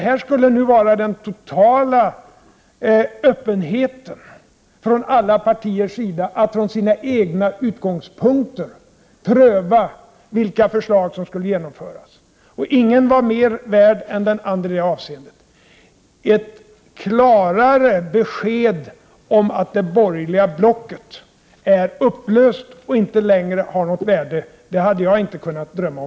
Här skulle det vara total öppenhet från alla partiers sida att från sina egna utgångspunkter pröva vilka förslag som skulle genomföras. Ingen var mera värd än andra i det avseendet. Ett klarare besked om att det borgerliga blocket är upplöst och att det inte längre har något värde hade jag, fru talman, inte kunnat drömma om.